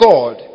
God